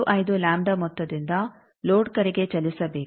15 ಮೊತ್ತದಿಂದ ಲೋಡ್ ಕಡೆಗೆ ಚಲಿಸಬೇಕು